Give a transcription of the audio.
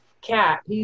cat